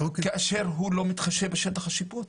כאשר הוא לא מתחשב בשטח השיפוט.